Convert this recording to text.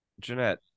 Jeanette